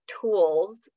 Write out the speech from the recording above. tools